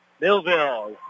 Millville